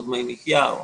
דמי מחייה או